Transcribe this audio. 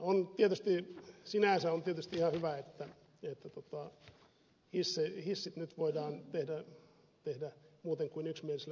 on tietysti sinänsä hyvä että hissit nyt voidaan tehdä muuten kuin yksimielisellä päätöksenteolla